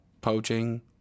poaching